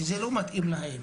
זה לא מתאים להן